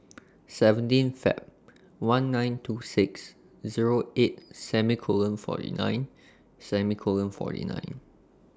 seventeen Feb one nine two six Zero eight semi Colon forty nine semi Colon forty nine